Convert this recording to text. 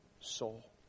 soul